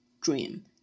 dream